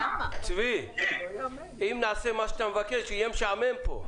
אם נעשה מה שאתה מבקש, יהיה משעמם כאן.